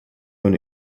own